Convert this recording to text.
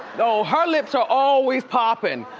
oh, her lips are always poppin',